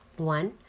One